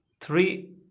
Three